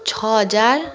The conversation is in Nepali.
छ हजार